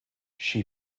she